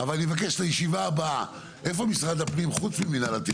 אנחנו נשמח על הסרה של חסמים במינוי ובהסמכה